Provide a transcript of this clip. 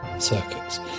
Circuits